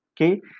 Okay